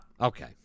Okay